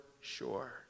sure